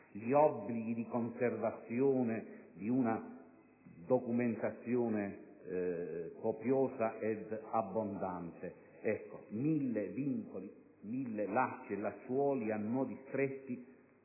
gli obblighi di conservazione di una documentazione copiosa ed abbondante. Mille vincoli, mille lacci e lacciuoli a nodi stretti,